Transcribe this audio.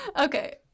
Okay